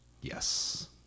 Yes